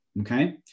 Okay